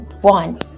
one